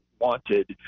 wanted